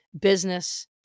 business